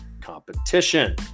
competition